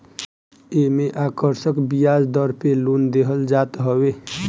एमे आकर्षक बियाज दर पे लोन देहल जात हवे